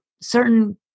certain –